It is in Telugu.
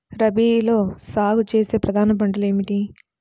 రబీలో సాగు చేసే ప్రధాన పంటలు ఏమిటి?